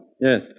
Yes